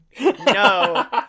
no